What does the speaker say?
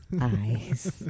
eyes